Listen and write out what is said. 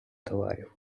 товарів